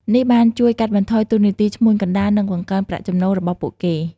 នេះបានជួយកាត់បន្ថយតួនាទីឈ្មួញកណ្តាល និងបង្កើនប្រាក់ចំណូលរបស់ពួកគេ។